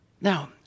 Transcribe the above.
Now